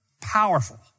powerful